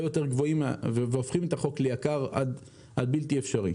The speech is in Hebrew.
יותר גבוהים והופכים את החוק ליקר עד בלתי אפשרי.